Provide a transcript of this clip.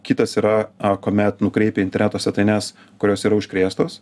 kitas yra kuomet nukreipia interneto svetaines kurios yra užkrėstos